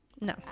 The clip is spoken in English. No